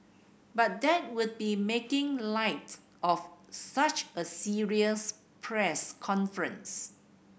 but that would be making light of such a serious press conference